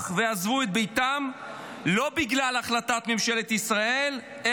ועזבו את ביתם לא בגלל החלטת ממשלת ישראל,